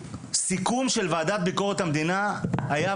הסיכום של הוועדה לענייני ביקורת המדינה היה,